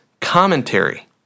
commentary